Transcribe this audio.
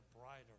brighter